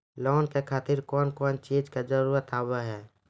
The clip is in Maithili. लोन के खातिर कौन कौन चीज के जरूरत हाव है?